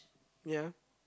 ya